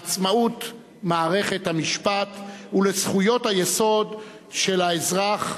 לעצמאות מערכת המשפט ולזכויות היסוד של האזרח,